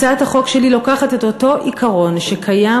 הצעת החוק שלי לוקחת את אותו עיקרון שקיים